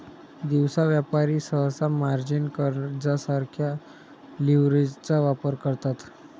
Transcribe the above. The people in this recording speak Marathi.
दिवसा व्यापारी सहसा मार्जिन कर्जासारख्या लीव्हरेजचा वापर करतात